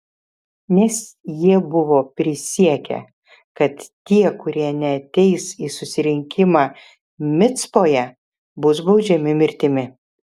nes jie buvo prisiekę kad tie kurie neateis į susirinkimą micpoje bus baudžiami mirtimi